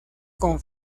con